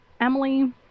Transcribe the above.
Emily